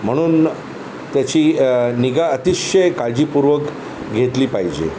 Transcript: म्हणून त्याची निगा अतिशय काळजीपूर्वक घेतली पाहिजे